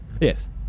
yes